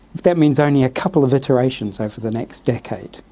that means only a couple of iterations over the next decade.